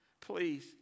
please